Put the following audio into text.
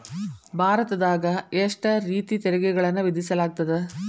ಭಾರತದಾಗ ಎಷ್ಟ ರೇತಿ ತೆರಿಗೆಗಳನ್ನ ವಿಧಿಸಲಾಗ್ತದ?